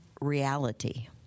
reality